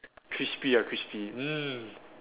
crispy ah crispy ah mm